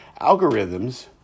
algorithms